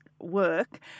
work